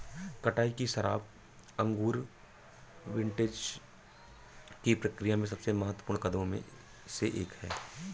कटाई की शराब अंगूर विंटेज की प्रक्रिया में सबसे महत्वपूर्ण कदमों में से एक है